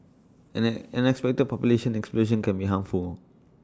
an an unexpected population explosion can be harmful